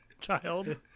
child